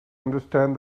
understand